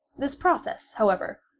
this process, however,